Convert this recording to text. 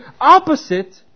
opposite